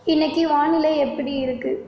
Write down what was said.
இன்னக்கு வானிலை எப்படி இருக்கு